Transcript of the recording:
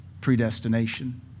predestination